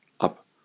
up